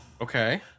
Okay